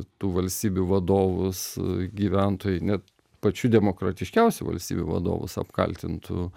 tų valstybių vadovus gyventojai net pačių demokratiškiausių valstybių vadovus apkaltintų